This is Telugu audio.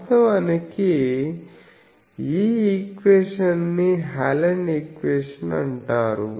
వాస్తవానికి ఈ ఈక్వేషన్ ని హెలెన్ ఈక్వేషన్ అంటారు